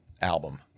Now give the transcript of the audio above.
album